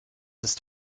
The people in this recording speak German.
ist